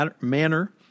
manner